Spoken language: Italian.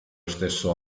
stesso